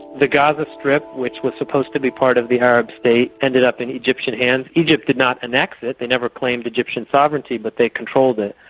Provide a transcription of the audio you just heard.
the gaza strip which was supposed to be part of the arab state, ended up in egyptian hands. and egypt did not annexe it, they never claimed egyptian sovereignty but they controlled it.